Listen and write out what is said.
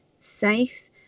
safe